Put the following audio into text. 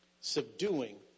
Subduing